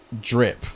drip